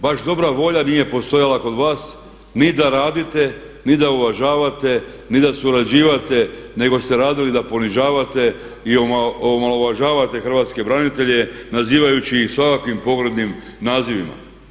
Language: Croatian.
Baš dobra volja nije postojala kod vas ni da radite, ni da uvažavate, ni da surađujete nego ste radili da ponižavate i omalovažavate Hrvatske branitelje nazivajući ih svakakvim pogrdnim nazivima.